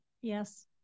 Yes